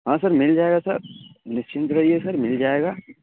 ہاں سر مل جائے گا سر نسچنت رہیے سر مل جائے گا